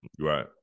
Right